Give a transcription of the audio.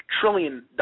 trillion